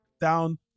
down